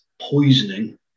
Poisoning